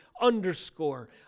underscore